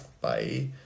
bye